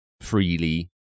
freely